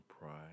pride